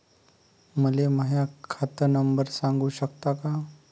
मले माह्या खात नंबर सांगु सकता का?